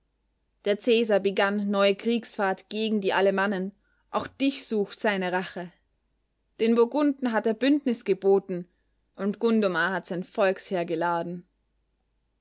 der cäsar begann neue kriegsfahrt gegen die alemannen auch dich sucht seine rache den burgunden hat er bündnis geboten und gundomar hat sein volksheer geladen